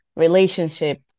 relationship